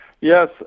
Yes